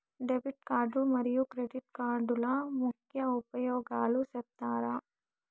Debit card మరియు credit కార్డుల ముఖ్య ఉపయోగాలు సెప్తారా?